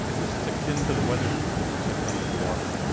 this is akin to the weather systems, except under the water.